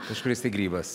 kažkuris tai grybas